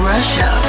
Russia